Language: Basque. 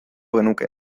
genuke